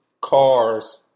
Cars